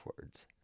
words